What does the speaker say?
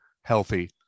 healthy